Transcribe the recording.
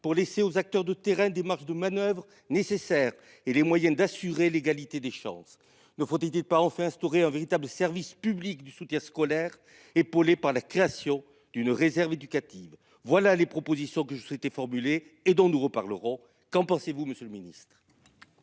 pour laisser aux acteurs de terrain, des marges de manoeuvre nécessaires et les moyens d'assurer l'égalité des chances, ne faut-il pas en fait instaurer un véritable service public du soutien scolaire. Épaulé par la création d'une réserve éducative. Voilà les propositions que je souhaitais formulé et dont nous reparlerons. Qu'en pensez-vous monsieur le ministre.